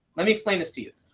let me explain this to you.